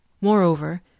Moreover